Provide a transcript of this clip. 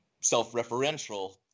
self-referential